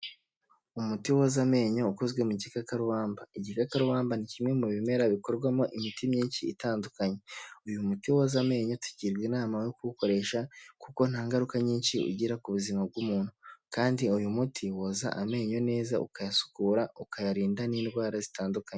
Umuti woza amenyo ukozwe mu gikakarubamba, igikakabamba ni kimwe mu bimera bikorwamo imiti myinshi itandukanye, uyu muti woza amenyo tugirwa inama yo kuwukoresha kuko nta ngaruka nyinshi ugira ku buzima bw'umuntu, kandi uyu muti woza amenyo neza ukayasukura, ukayarinda n'indwara zitandukanye.